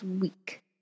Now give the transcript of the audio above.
week